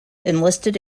enlisted